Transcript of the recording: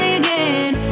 again